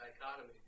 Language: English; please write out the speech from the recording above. dichotomy